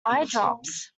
eyedrops